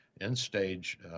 end-stage